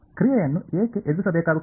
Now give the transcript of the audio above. ಕ್ರಿಯೆಯನ್ನು ಏಕೆ ಎದುರಿಸಬೇಕಾಗುತ್ತದೆ